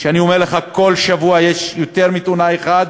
אני אומר לך, כל שבוע יש יותר מתאונה אחת,